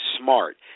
smart